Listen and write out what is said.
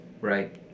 right